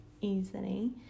easily